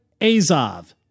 Azov